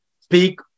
Speak